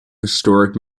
historic